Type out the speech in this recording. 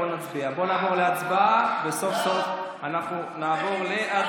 בואו נעבור להצבעה, וסוף-סוף נצביע.